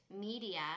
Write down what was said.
media